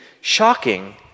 shocking